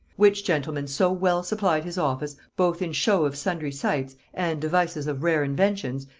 which gentleman so well supplied his office, both in show of sundry sights and devices of rare inventions,